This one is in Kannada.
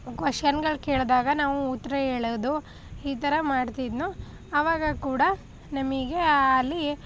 ಕ್ವೆಶ್ಚನ್ಗಳು ಕೇಳಿದಾಗ ನಾವು ಉತ್ತರ ಹೇಳೋದು ಈ ಥರ ಮಾಡ್ತಿದ್ದೆನೋ ಅವಾಗ ಕೂಡ ನಮಗೆ ಅಲ್ಲಿ